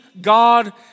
God